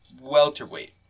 Welterweight